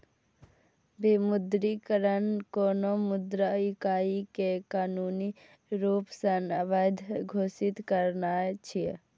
विमुद्रीकरण कोनो मुद्रा इकाइ कें कानूनी रूप सं अवैध घोषित करनाय छियै